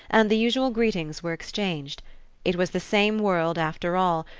and the usual greetings were exchanged it was the same world after all,